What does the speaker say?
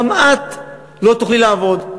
גם את לא תוכלי לעבוד.